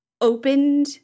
opened